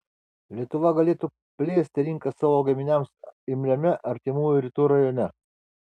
lietuva galėtų plėsti rinką savo gaminiams imliame artimųjų rytų rajone